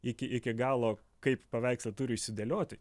iki iki galo kaip paveikslai turi išsidėlioti